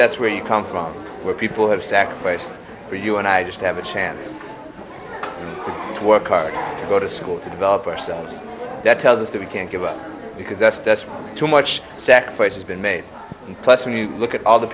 that's where you come from where people have sacrificed for you and i just have a chance to work hard go to school to develop ourselves that tells us that we can't give up because that's just too much sacrifice has been made and plus when you look at all the